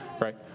right